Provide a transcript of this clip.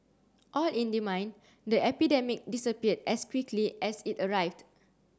all in the mind The epidemic disappeared as quickly as it arrived